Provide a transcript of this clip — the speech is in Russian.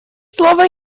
слово